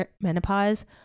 menopause